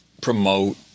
promote